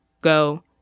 Go